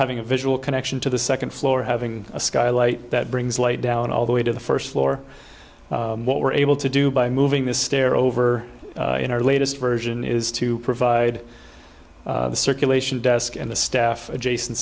having a visual connection to the second floor having a skylight that brings light down all the way to the first floor what we're able to do by moving the stair over in our latest version is to provide circulation desk and the staff adjacen